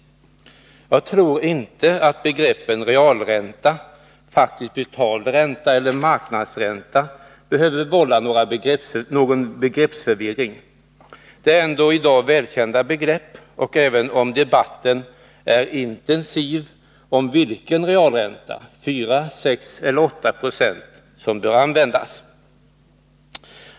Jag tror inte att begreppen realränta och faktiskt betald ränta eller marknadsränta behöver vålla någon begreppsförvirring. De är ändock i dag välkända begrepp även om debatten är intensiv om vilken realränta — 4, 6 eller 8 20 — som bör användas.